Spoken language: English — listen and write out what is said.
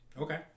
Okay